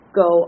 go